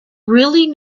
really